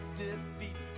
defeat